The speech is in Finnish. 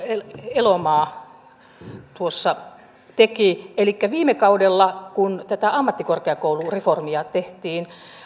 elomaa tuossa teki elikkä viime kaudella kun tätä ammattikorkeakoulureformia tehtiin